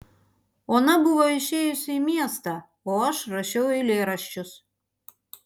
ona buvo išėjusi į miestą o aš rašiau eilėraščius